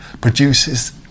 produces